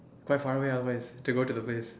quite far away always to go to the place